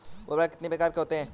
उर्वरक कितनी प्रकार के होता हैं?